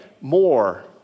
more